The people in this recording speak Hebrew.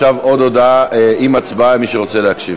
עכשיו עוד הודעה עם הצבעה, למי שרוצה להקשיב.